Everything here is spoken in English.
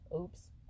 Oops